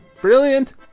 Brilliant